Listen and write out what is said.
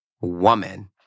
woman